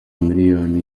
miliyoni